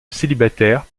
célibataire